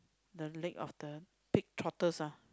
the leg of the pig trotters ah